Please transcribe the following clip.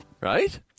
Right